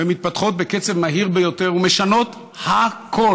והן מתפתחות בקצב מהיר ביותר ומשנות הכול,